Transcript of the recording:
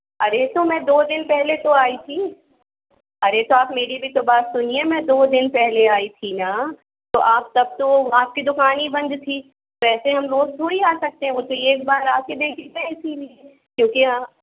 अरे तो मैं दो दिन पहले तो आई थी अरे तो आप मेरी भी तो बात सुनिए मैं दो दिन पहले आई थी ना तो आप तब तो आपकी दुकान ही बंद थी वैसे हम रोज़ थोड़ी आ सकते है वो तो एक बार आके देख लिया इसीलिए क्योंकि